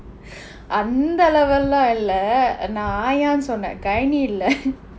அந்த அளவு எல்லாம் இல்லை நான் ஆயா சொன்னேன்:antha alavu ellaam illai naan aayaa sonen gynae இல்லை:illai